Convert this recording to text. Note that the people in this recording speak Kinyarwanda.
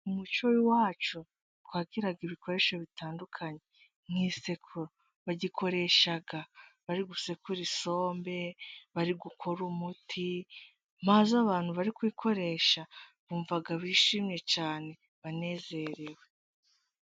Mu muco w'iwacu twagiraga ibikoresho bitandukanye. Nk'isekuru bayikoresha bari gusekura isombe, bari gukora umuti, maze abantu bari kuyikoresha bumva bishimye cyane banezerewe.